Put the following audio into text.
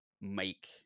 make